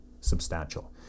substantial